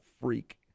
freak